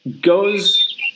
goes